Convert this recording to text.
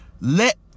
Let